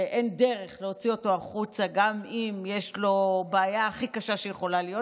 ואין דרך להוציא אותו החוצה גם אם יש לו בעיה הכי קשה שיכולה להיות,